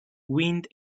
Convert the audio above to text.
wind